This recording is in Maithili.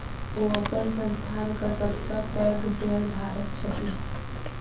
ओ अपन संस्थानक सब सॅ पैघ शेयरधारक छथि